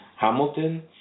Hamilton